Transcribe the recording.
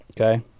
okay